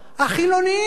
החילונים,